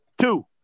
Two